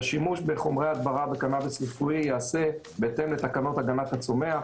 שהשימוש בחומרי הדברה וקנאביס רפואי ייעשה בהתאם לתקנות הגנת הצומח,